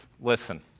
Listen